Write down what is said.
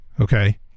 okay